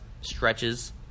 stretches